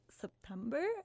september